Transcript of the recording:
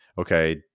okay